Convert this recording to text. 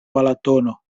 balatono